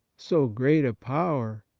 so great a power,